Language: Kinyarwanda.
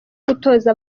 gutoza